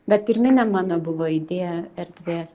bet pirminė mano buvo idėja erdvės